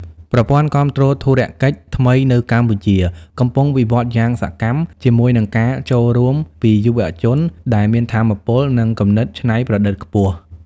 ប្រព័ន្ធគាំទ្រធុរកិច្ចថ្មីនៅកម្ពុជាកំពុងវិវត្តន៍យ៉ាងសកម្ម ជាមួយនឹងការចូលរួមពីយុវជនដែលមានថាមពល និងគំនិតច្នៃប្រឌិតខ្ពស់។